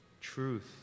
truth